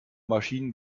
maschinen